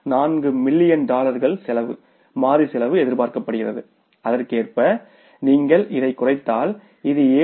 4 million dollar செலவு மாறி செலவு எதிர்பார்க்கப்பட்டது அதற்கேற்ப நீங்கள் இதைக் குறைத்தால் இது 7